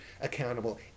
accountable